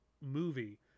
movie